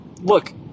Look